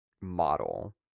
model